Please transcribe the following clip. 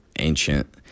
ancient